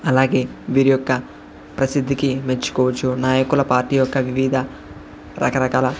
అలాగే వీరి యొక్క ప్రసిద్ధికి మెచ్చుకోవచ్చు నాయకుల పార్టీ యొక్క వివిధ రకరకాల